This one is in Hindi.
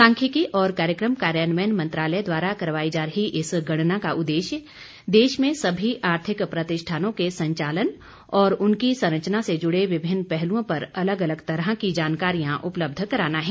सांख्यिकी और कार्यक्रम कार्यान्वयन मंत्रालय द्वारा करवाई जा रही इस गणना का उद्देश्य देश में सभी आर्थिक प्रतिष्ठानों के संचालन और उनकी संरचना से जुड़े विभिन्न पहलुओं पर अलग अलग तरह की जानकारियां उपलब्ध कराना है